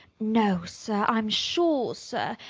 no, sir, i'm sure, sir.